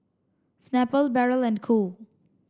Snapple Barrel and Cool